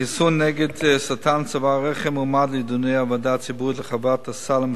החיסון נגד סרטן צוואר הרחם מועמד לדיוני הוועדה הציבורית להרחבת הסל,